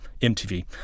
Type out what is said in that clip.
MTV